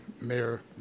Mayor